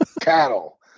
cattle